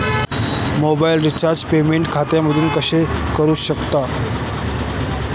Mobile रिचार्जचे payment खात्यातून कसे करू शकतो?